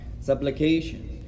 Supplication